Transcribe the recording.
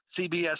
CBS